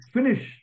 Finish